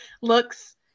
looks